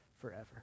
forever